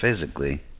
physically